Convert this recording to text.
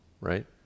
Right